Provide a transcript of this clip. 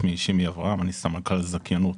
אני סמנכ"ל זכיינות